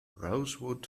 rosewood